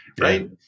right